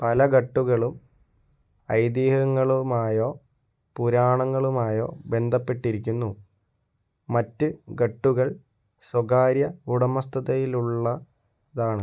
പല ഘട്ടുകളും ഐതിഹ്യങ്ങളുമായോ പുരാണങ്ങളുമായോ ബന്ധപ്പെട്ടിരിക്കുന്നു മറ്റ് ഘട്ടുകൾ സ്വകാര്യ ഉടമസ്ഥതയിലുള്ളതാണ്